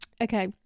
Okay